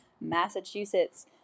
Massachusetts